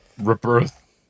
Rebirth